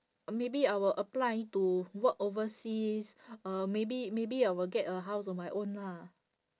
maybe I will apply to work overseas uh maybe maybe I will get a house on my own lah